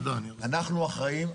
אנחנו אחראים,